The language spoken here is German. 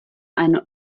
eine